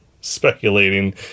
speculating